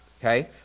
okay